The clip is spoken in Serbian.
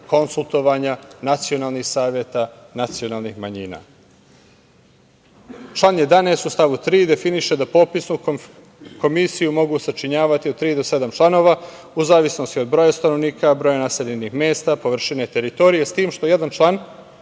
konsultovanja nacionalnih saveta nacionalnih manjina. Član 11. u stavu 3 definiše da popisnu komisiju mogu sačinjavati od tri do sedam članova, u zavisnosti od broja stanovnika, broja naseljenih mesta, površine teritorije, s tim što je jedan član